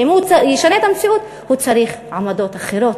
ואם הוא ישנה את המציאות הוא צריך עמדות אחרות.